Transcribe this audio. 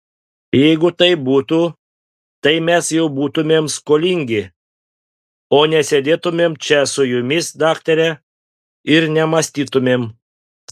jeigu taip būtų tai mes jau būtumėm skolingi o nesėdėtumėm čia su jumis daktare ir nemąstytumėm